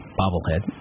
bobblehead